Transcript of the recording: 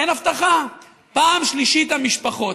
אין הבטחה, פעם שלישית, המשפחות.